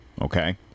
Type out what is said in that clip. Okay